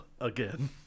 Again